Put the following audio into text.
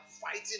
fighting